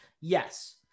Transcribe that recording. Yes